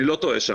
אני לא טועה שם.